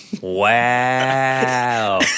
wow